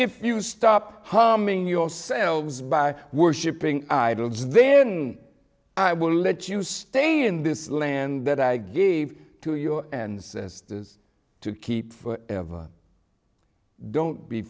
if you stop humming yourselves by worshipping idols then i will let you stay in this land that i gave to your ancestors to keep for ever don't be